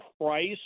price